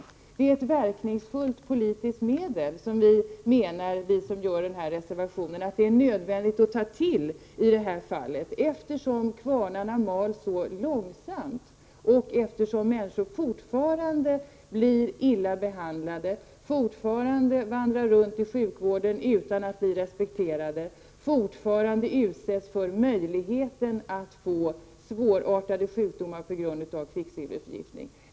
Det är ett verkningsfullt politiskt medel som vi som står bakom reservationen menar att det är nödvändigt att ta till, eftersom kvarnarna mal så långsamt och eftersom människor fortfarande blir illa behandlade, fortfarande vandrar runt i sjukvården utan att bli respekterade, fortfarande utsätts för möjligheten att få svårartade sjukdomar på grund av kvicksilverförgiftning.